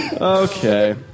Okay